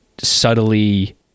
subtly